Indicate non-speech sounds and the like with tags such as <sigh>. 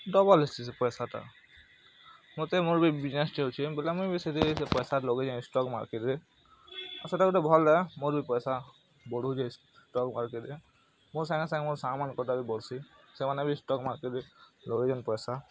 double ଆସୁଛି ସେ ପଇସା ଟା ମତେ ମୋର୍ ବି ବିଜନେସ୍ ଟେ ଅଛି ବୋଲେ ମୁଇଁ ବେଶୀ ଦୁଇ ପଇସା ଲଗାଇ ଷ୍ଟକ୍ ମାର୍କେଟ୍ରେ ଆଉ ସେଇଟା ଗୁଟେ ଭଲ୍ <unintelligible> ମୋର୍ ବି ପଇସା ବଢ଼ୁଛେ ଷ୍ଟକ୍ ମାର୍କେଟ୍ରେ ମୋ ସାଙ୍ଗେ ସାଙ୍ଗେ ମୋର୍ ସାଙ୍ଗ ମାନକେ ବି ବଢ଼ୁଛି ସେମାନେ ବି ଷ୍ଟକ୍ ମାର୍କେଟ୍ରେ ଲଗେଇଛନ୍ ପଇସା